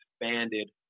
expanded